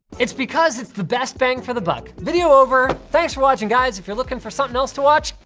it's because it's the best bang for the buck. video over. thanks for watching guys. if you're looking for something else to watch,